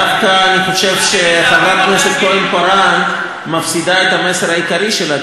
דווקא אני חושב שחברת הכנסת כהן-פארן מפסידה את המסר העיקרי שלה,